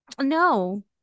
no